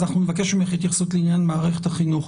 אז אנחנו נבקש ממך התייחסות לעניין מערכת החינוך.